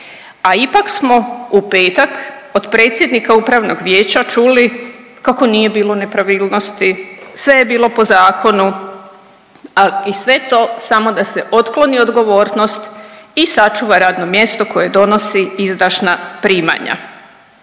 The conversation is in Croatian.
a ipak smo u petak od predsjednika upravnog vijeća čuli kako nije bilo nepravilnosti, sve je bilo po zakonu, a sve to samo da se otkloni odgovornost i sačuva radno mjesto koje donosi izdašna primanja.